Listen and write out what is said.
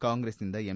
ಕಾಂಗ್ರೆಸ್ನಿಂದ ಎಂ